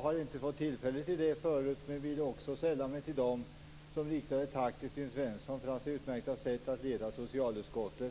Fru talman! Jag vill också sälla mig till dem som riktar ett tack till Sten Svensson för hans utmärkta sätt att leda socialutskottet. Jag har inte fått tillfälle till det tidigare.